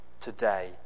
today